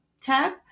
tab